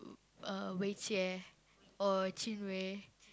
uh Wei-Jie or Chin-Wei